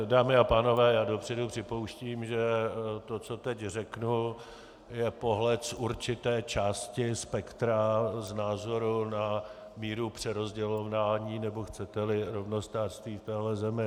Dámy a pánové, já dopředu připouštím, že to, co teď řeknu, je pohled z určité části spektra, z názoru na míru přerozdělování, nebo chceteli, rovnostářství v téhle zemi.